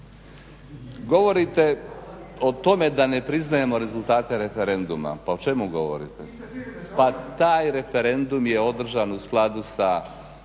Govorite o tome da ne priznajemo rezultate referenduma, pa o čemu govorite? Pa taj referendum je održan u skladu sa